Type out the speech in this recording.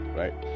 right